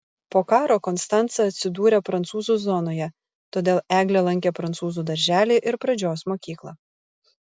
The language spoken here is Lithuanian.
po karo konstanca atsidūrė prancūzų zonoje todėl eglė lankė prancūzų darželį ir pradžios mokyklą